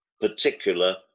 particular